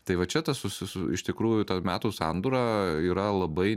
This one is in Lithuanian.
tai va čia tas susi su iš tikrųjų ta metų sandūra yra labai